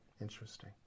interesting